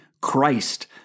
Christ